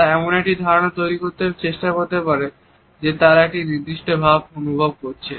তারা এমন একটি ধারণা তৈরী করার চেষ্টা করতে পারে যে তারা একটি নির্দিষ্ট ভাব অনুভব করছে